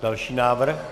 Další návrh.